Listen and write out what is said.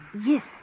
Yes